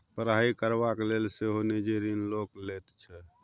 पढ़ाई करबाक लेल सेहो निजी ऋण लोक लैत छै